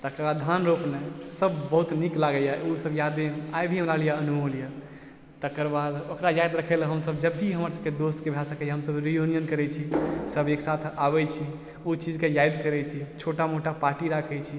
तकरबाद धान रोपनाइ सब बहुत नीक लागइए उ सब यादे आइ भी हमरा लिये अनमोल यऽ तकरबाद ओकरा याद रखय लए हमसब जब भी हमर सबके दोस्तके भए सकइए हमसब रियूनियन करय छी सब एक साथ आबय छी उ चीजके याद करय छी छोटा मोटा पार्टी राखय छी